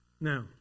Now